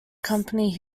company